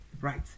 Right